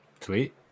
sweet